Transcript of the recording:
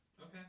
Okay